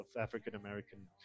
african-american